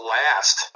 last